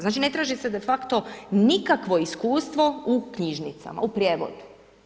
Znači ne traži se de facto nikakvo iskustvo u knjižnicama, u prijevodu.